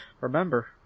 remember